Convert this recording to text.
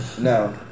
No